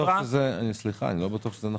אני לא בטוח שזה נכון.